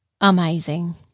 amazing